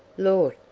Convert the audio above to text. lord,